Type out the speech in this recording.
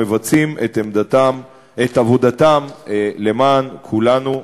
מבצעים את עבודתם למען כולנו.